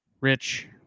rich